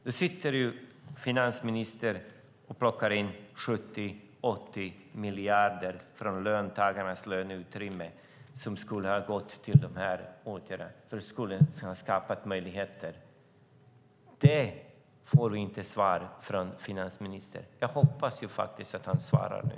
Då sitter finansministern och plockar in 70-80 miljarder från löntagarnas löneutrymme, vilket skulle ha gått till dessa åtgärder och skapat möjligheter. Detta får vi inte svar på från finansministern. Jag hoppas faktiskt att han svarar nu.